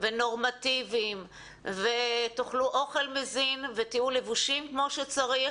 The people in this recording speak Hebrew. ונורמטיביים ותאכלו אוכל מזין ותהיו לבושים כמו שצריך